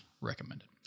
recommended